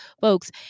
folks